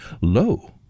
lo